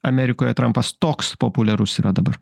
amerikoje trampas toks populiarus yra dabar